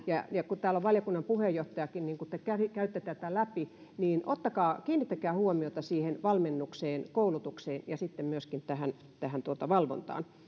ja ja kun täällä on valiokunnan puheenjohtajakin niin kun te käytte tätä läpi niin kiinnittäkää huomiota siihen valmennukseen koulutukseen ja myöskin tähän tähän valvontaan